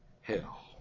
hell